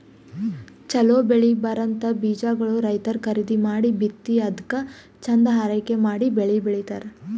ಛಲೋ ಬೆಳಿ ಬರಂಥ ಬೀಜಾಗೋಳ್ ರೈತರ್ ಖರೀದಿ ಮಾಡಿ ಬಿತ್ತಿ ಅದ್ಕ ಚಂದ್ ಆರೈಕೆ ಮಾಡಿ ಬೆಳಿ ಬೆಳಿತಾರ್